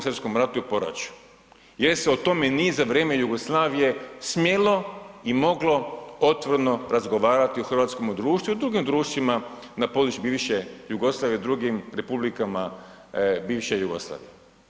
Svj. ratu i poraću jer se o tome nije za vrijeme Jugoslavije smjelo i moglo otvoreno razgovarati u hrvatskom društvu i drugim društvima na području bivše Jugoslavije i drugim republikama bivše Jugoslavije.